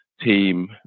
team